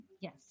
Yes